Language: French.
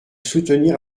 soutenir